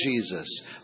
Jesus